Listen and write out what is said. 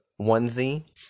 onesie